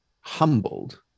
humbled